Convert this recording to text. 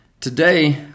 Today